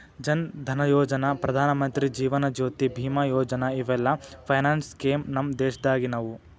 ಜನ್ ಧನಯೋಜನಾ, ಪ್ರಧಾನಮಂತ್ರಿ ಜೇವನ ಜ್ಯೋತಿ ಬಿಮಾ ಯೋಜನಾ ಇವೆಲ್ಲ ಫೈನಾನ್ಸ್ ಸ್ಕೇಮ್ ನಮ್ ದೇಶದಾಗಿನವು